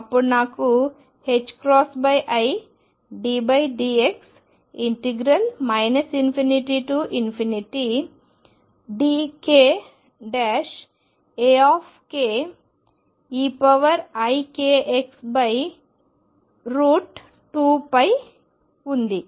అప్పుడు నాకు iddx ∞ dk Akeikx2π ఉంది